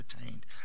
attained